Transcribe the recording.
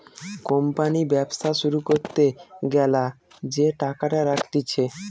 company ব্যবসা শুরু করতে গ্যালা যে টাকাটা রাখতিছে